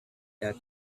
that